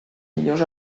millors